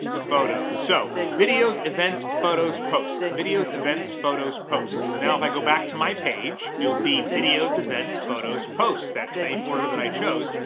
photos. so, videos, events, photos, posts. videos, events, photos, posts. now if i go back to my page, you'll see videos, events, photos, posts. posts. that same order that i chose,